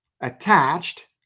attached